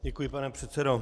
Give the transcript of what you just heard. Děkuji, pane předsedo.